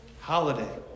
holiday